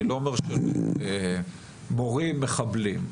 מורים מחבלים.